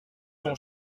ont